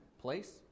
place